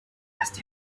erst